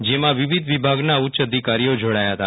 જેમાં વિવિધ વિભાગના ઉચ્ય અધિકારીઓ જોડાયા હતા